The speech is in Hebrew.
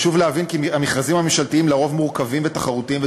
חשוב להבין כי המכרזים הממשלתיים הם לרוב מורכבים ותחרותיים,